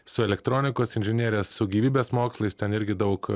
su elektronikos inžinerija su gyvybės mokslais ten irgi daug